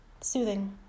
Soothing